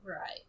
Right